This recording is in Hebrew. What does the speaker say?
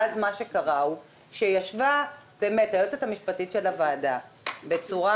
ואז מה שקרה הוא שישבה היועצת המשפטית של הוועדה בצורה